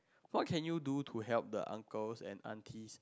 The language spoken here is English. what can you do to help the uncles and aunties